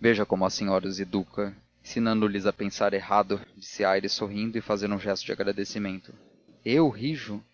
veja como a senhora os educa ensinando lhes a pensar errado disse aires sorrindo e fazendo um gesto de agradecimento eu rijo